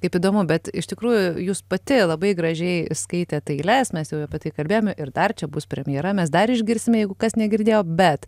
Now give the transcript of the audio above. kaip įdomu bet iš tikrųjų jūs pati labai gražiai skaitėt eiles mes jau apie tai kalbėjome ir dar čia bus premjera mes dar išgirsime jeigu kas negirdėjo bet